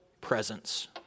presence